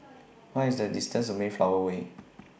What IS The distance to Mayflower Way